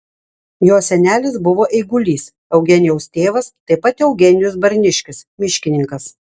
jo senelis buvo eigulys eugenijaus tėvas taip pat eugenijus barniškis miškininkas